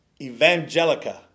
Evangelica